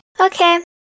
Okay